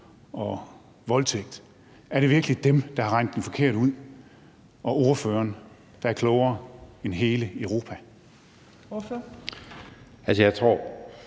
og voldtaget, der har regnet det forkert ud, og ordføreren, der er klogere end hele Europa?